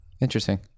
interesting